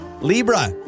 Libra